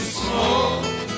smoke